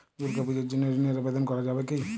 দুর্গাপূজার জন্য ঋণের আবেদন করা যাবে কি?